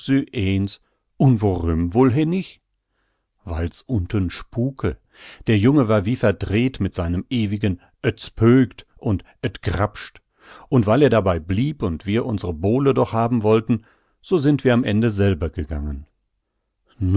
nich weil's unten spuke der junge war wie verdreht mit seinem ewigen et spökt und et grappscht und weil er dabei blieb und wir unsre bowle doch haben wollten so sind wir am ende selber gegangen